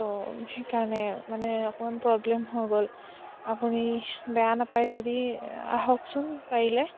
তো সেইকাৰণে মানে অকণমান প্ৰব্লেম হৈ গ'ল আপুনি বেয়া নাপায় যদি আহকচোন পাৰিলে